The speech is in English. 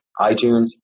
iTunes